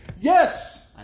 Yes